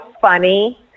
funny